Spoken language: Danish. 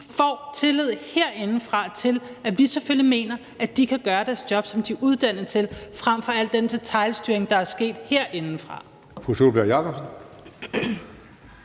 får tillid herindefra, i forhold til at vi selvfølgelig mener, at de kan gøre deres job, nemlig det, som de er uddannet til, frem for alt den detailstyring, der er sket herindefra.